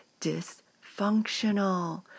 dysfunctional